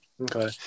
Okay